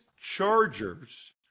Chargers